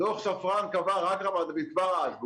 דוח שפרן קבע, רק רמת דוד כבר אז.